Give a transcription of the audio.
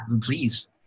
please